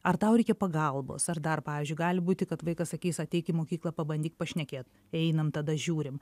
ar tau reikia pagalbos ar dar pavyzdžiui gali būti kad vaikas sakys ateik į mokyklą pabandyk pašnekėt einam tada žiūrim